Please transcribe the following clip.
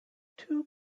two